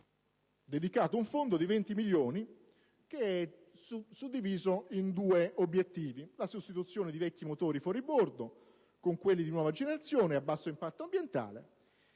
dedicato un fondo di 20 milioni, che è suddiviso in due obiettivi: la sostituzione di vecchi motori fuoribordo con quelli di nuova generazione a basso impatto ambientale,